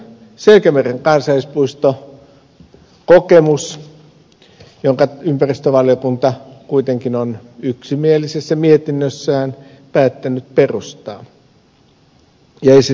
selkämeren kansallispuisto jonka ympäristövaliokunta kuitenkin on yksimielisessä mietinnössään päättänyt perustaa ja jota se on päättänyt esittää täysistunnolle